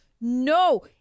no